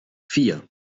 vier